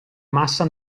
massa